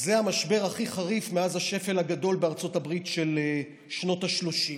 זה המשבר הכי חריף מאז השפל הגדול בארצות הברית של שנות השלושים.